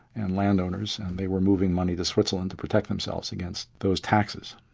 and landowners and they were moving money to switzerland to protect themselves against those taxes.